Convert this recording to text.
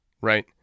Right